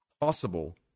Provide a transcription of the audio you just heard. possible